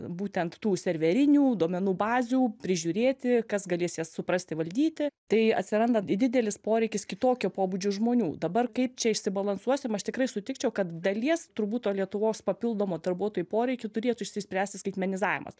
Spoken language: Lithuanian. būtent tų serverinių duomenų bazių prižiūrėti kas galės jas suprasti valdyti tai atsiranda didelis poreikis kitokio pobūdžio žmonių dabar kaip čia išsibalansuosim aš tikrai sutikčiau kad dalies turbūt to lietuvos papildomo darbuotojų poreikį turėtų išsispręsti skaitmenizavimas